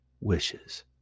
wishes